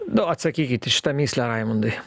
nu atsakykit į šitą mįslę raimundui